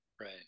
right